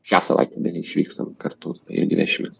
šią savaitę beje išvykstam kartu irgi vešimės